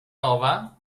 nova